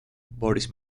boris